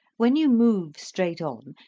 when you move straight on,